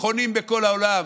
מכונים בכל העולם.